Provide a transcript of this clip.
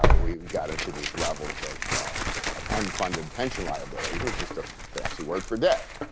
ah we've got into these levels of of unfunded pension liabilities, which just a fancy word for debt.